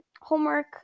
homework